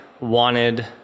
wanted